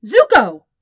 Zuko